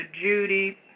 Judy